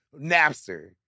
Napster